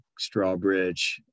Strawbridge